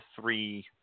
three –